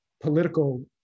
political